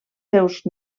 seus